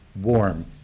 warm